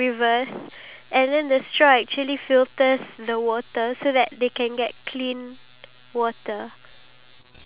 so instead of the average age of dying maybe about like sixty to seventy maybe you can increase due to the fact that you have